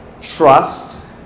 trust